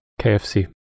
KFC